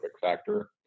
factor